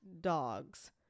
dogs